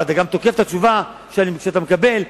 ואתה תוקף את התשובה שאתה מקבל,